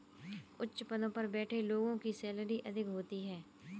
उच्च पदों पर बैठे लोगों की सैलरी अधिक होती है